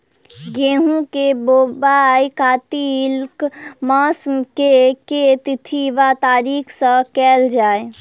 गेंहूँ केँ बोवाई कातिक मास केँ के तिथि वा तारीक सँ कैल जाए?